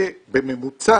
זה בממוצע